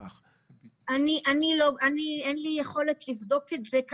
אני לא כל כך הבנתי את זה.